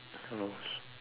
hellos